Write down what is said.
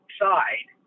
side